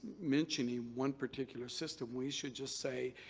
mentioning one particular system, we should just say,